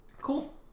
Cool